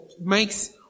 makes